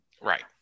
right